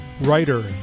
writer